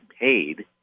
paid